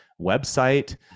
website